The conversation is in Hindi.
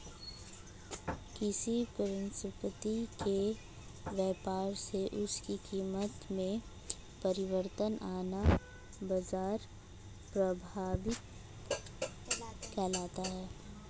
किसी परिसंपत्ति के व्यापार से उसकी कीमत में परिवर्तन आना बाजार प्रभाव कहलाता है